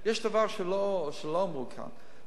יש דבר שלא אמרו כאן,